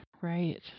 Right